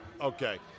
Okay